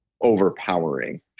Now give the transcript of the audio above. overpowering